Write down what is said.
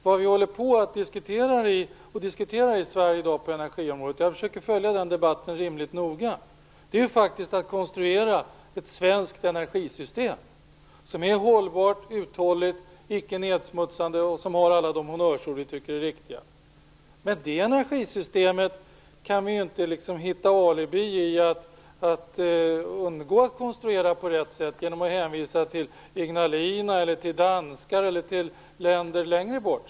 Vad vi diskuterar på energiområdet i Sverige i dag - och jag försöker att rimligt noga följa den debatten - är att konstruera ett svenskt energisystem som är hållbart, uthålligt och icke nedsmutsande, alltså med beaktande av alla de honnörsord som vi tycker är riktiga. Men vi kan inte få ett alibi för att undgå att konstruera detta energisystem på rätt sätt genom att hänvisa till Ignalina, till Danmark eller till länder längre bort.